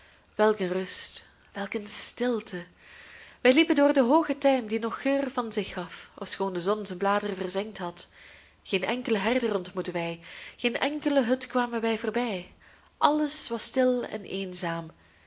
een rust welk een stilte wij liepen door den hoogen tijm die nog geur van zich gaf ofschoon de zon zijn bladeren verzengd had geen enkelen herder ontmoetten wij geen enkele hut kwamen wij voorbij alles was stil en eenzaam